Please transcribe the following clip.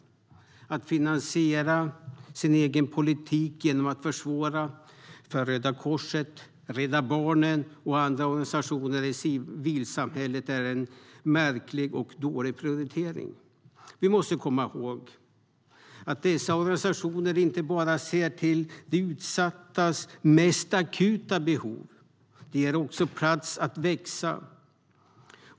Att finansiera sin egen politik genom att försvåra för Röda Korset, Rädda Barnen och andra organisationer i civilsamhället är en märklig och dålig prioritering. Vi måste komma ihåg att dessa organisationer inte bara ser till de utsattas mest akuta behov. De ger också plats att växa.